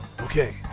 Okay